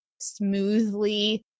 smoothly